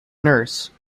nurse